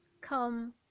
come